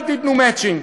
אל תיתנו מצ'ינג,